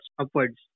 upwards